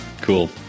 Cool